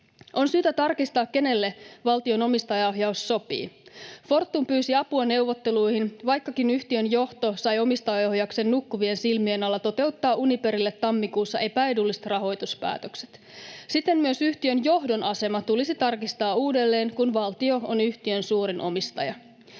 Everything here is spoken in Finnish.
On syytä tarkistaa, kenelle valtion omistajaohjaus sopii. Fortum pyysi apua neuvotteluihin, vaikkakin yhtiön johto sai omistajaohjauksen nukkuvien silmien alla toteuttaa Uniperille tammikuussa epäedulliset rahoituspäätökset. Siten myös yhtiön johdon asema tulisi tarkistaa uudelleen, kun valtio on yhtiön suurin omistaja.